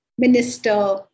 Minister